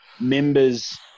members